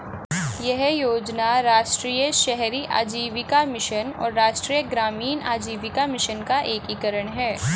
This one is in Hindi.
यह योजना राष्ट्रीय शहरी आजीविका मिशन और राष्ट्रीय ग्रामीण आजीविका मिशन का एकीकरण है